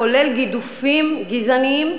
כולל גידופים גזעניים,